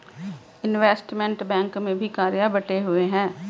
investment bank में भी कार्य बंटे हुए हैं